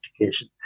education